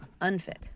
Unfit